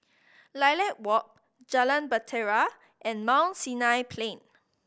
Lilac Walk Jalan Bahtera and Mount Sinai Plain